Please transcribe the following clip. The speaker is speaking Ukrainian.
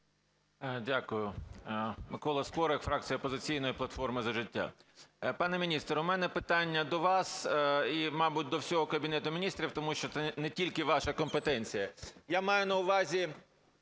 Дякую. Микола Скорик, фракція "Опозиційної платформи - За життя". Пане міністр, у мене питання до вас і, мабуть, до всього Кабінету Міністрів, тому що це не тільки ваша компетенція, я маю на увазі